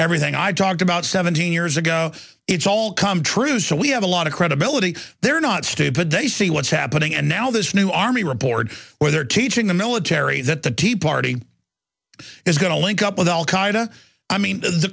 everything i talked about seventeen years ago it's all come true so we have a lot of credibility they're not stupid they see what's happening and now this new army report where they're teaching the military that the tea party it is going to link up with al qaeda i mean the